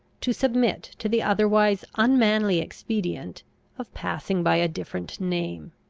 to submit to the otherwise unmanly expedient of passing by a different name.